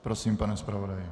Prosím, pane zpravodaji.